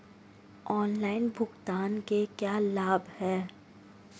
Online भुगतान के क्या लाभ हैं?